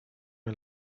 mir